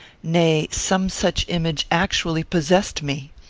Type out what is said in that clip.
nay, some such image actually possessed me.